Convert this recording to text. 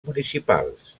municipals